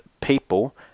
people